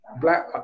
black